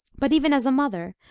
but, even as a mother,